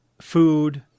food